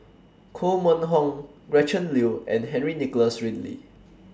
Koh Mun Hong Gretchen Liu and Henry Nicholas Ridley